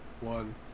one